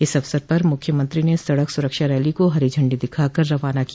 इस अवसर पर मुख्यमंत्री ने सड़क सुरक्षा रैली को हरी झंडी दिखाकर रवाना किया